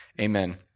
Amen